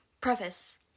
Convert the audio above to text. Preface